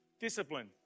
discipline